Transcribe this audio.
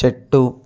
చెట్టు